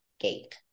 gate